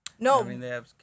No